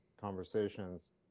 conversations